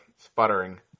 Sputtering